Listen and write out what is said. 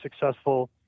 successful